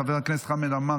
חבר הכנסת חמד עמאר,